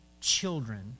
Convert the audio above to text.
children